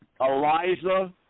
Eliza